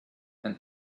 and